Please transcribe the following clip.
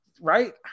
Right